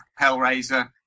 Hellraiser